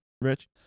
Rich